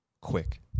quick